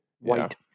White